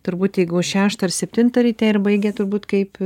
turbūt jeigu šeštą ar septintą ryte ir baigia turbūt kaip